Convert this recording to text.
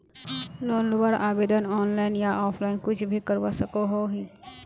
Loan लुबार आवेदन online या ऑफलाइन कुछ भी करवा सकोहो ही?